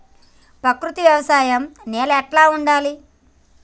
ప్రకృతి వ్యవసాయం నేల ఎట్లా ఉండాలి?